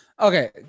Okay